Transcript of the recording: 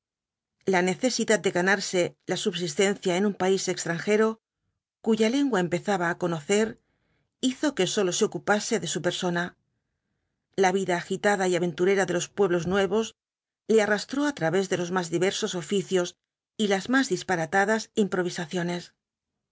la necesidad de ganarse la subsistencia en un país extranjero cuya lengua empezaba á conocer hizo que sólo se ocupase de su persona la vida agitada y aventurera de los pueblos nuevos le arrastró á través de los más diversos oficios y las más disparatadas improvisaciones